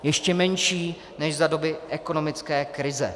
Ještě menší než za doby ekonomické krize.